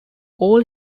all